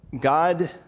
God